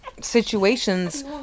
situations